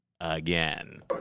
again